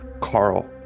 Carl